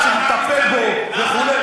צריך לטפל בו וכו'.